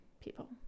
people